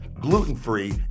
gluten-free